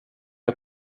jag